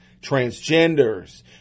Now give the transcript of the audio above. transgenders